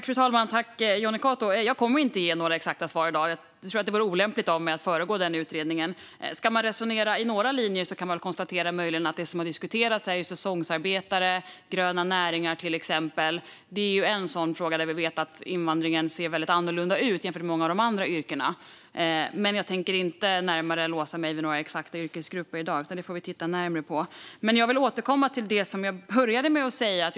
Fru talman och Jonny Cato! Jag kommer inte att ge några exakta svar i dag. Jag tror att det vore olämpligt av mig att föregripa utredningen. Ska man resonera i några linjer kan man möjligen konstatera att det som har diskuterats till exempel är säsongsarbetare och gröna näringar. Där vet vi att invandringen ser väldigt annorlunda ut jämfört med många av de andra yrkena. Men jag tänker inte närmare låsa mig vid några exakta yrkesgrupper i dag, utan detta får vi titta närmare på. Men jag vill återkomma till det som jag sa tidigare.